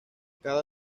cada